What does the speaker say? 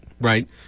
right